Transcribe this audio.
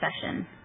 session